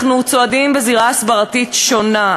אנחנו צועדים בזירה הסברתית שונה.